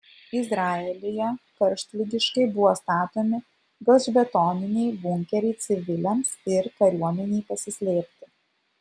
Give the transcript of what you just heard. izraelyje karštligiškai buvo statomi gelžbetoniniai bunkeriai civiliams ir kariuomenei pasislėpti